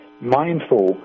mindful